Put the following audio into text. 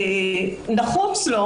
הסיוע הנחוץ לו,